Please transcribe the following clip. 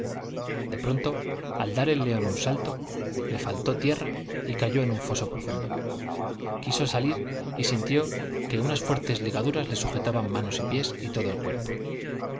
de pronto al dar el león un en un foso profundo cayó salir y sintió que unas fuertes ligaduras le quiso sujetaban manos y pies y todo el cuerpo